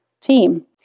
team